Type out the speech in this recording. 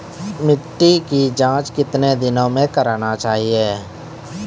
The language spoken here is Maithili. मिट्टी की जाँच कितने दिनों मे करना चाहिए?